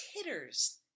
titters